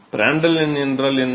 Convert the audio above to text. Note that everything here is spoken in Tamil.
பிராண்டல் எண் என்றால் என்ன